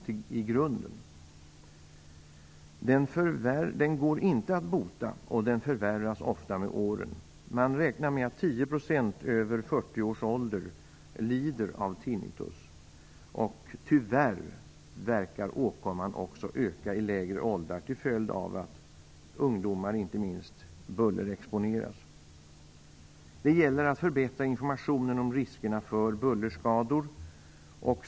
Tinnitus går inte att bota, och förvärras ofta med åren. Man räknar med att 10 % av människor över 40 års ålder lider av tinnitus. Tyvärr verkar åkomman öka också i lägre åldrar, inte minst till följd av att ungdomar bullerexponeras. Det gäller att förbättra informationen om riskerna för bullerskador.